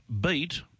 beat